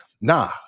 nah